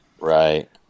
Right